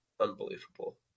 unbelievable